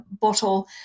bottle